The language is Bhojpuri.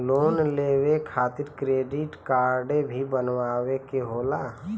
लोन लेवे खातिर क्रेडिट काडे भी बनवावे के होला?